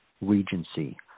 Regency